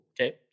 Okay